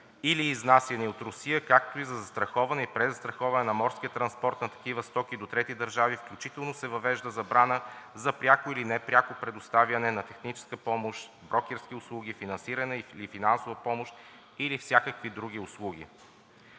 или изнасяни от Русия, както и за застраховане и презастраховане на морския транспорт на такива стоки до трети държави, включително се въвежда забрана за пряко или непряко предоставяне на техническа помощ, брокерски услуги, финансиране и финансова помощ или всякакви други услуги.